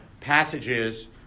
passages